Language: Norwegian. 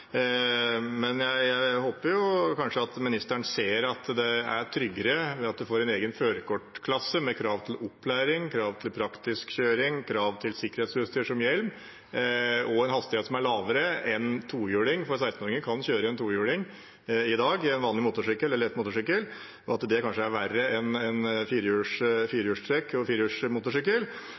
men jeg håper at statsråden kanskje ser at det er tryggere om man får en egen førerkortklasse med krav til opplæring, krav til praktisk kjøring, krav til sikkerhetsutstyr, som hjelm, og en hastighet som er lavere enn for tohjulinger. En 16-åring kan kjøre tohjuling i dag, en vanlig lett motorsykkel, og det er kanskje verre enn